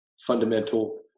fundamental